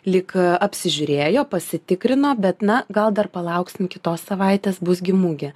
lyg apsižiūrėjo pasitikrino bet na gal dar palauksim kitos savaitės bus gi mugė